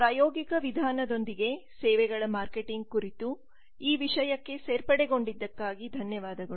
ಪ್ರಾಯೋಗಿಕ ವಿಧಾನದೊಂದಿಗೆ ಸೇವೆಗಳ ಮಾರ್ಕೆಟಿಂಗ್ ಕುರಿತು ಈ ವಿಷಯಕ್ಕೆ ಸೇರ್ಪಡೆಗೊಂಡಿದ್ದಕ್ಕಾಗಿ ಧನ್ಯವಾದಗಳು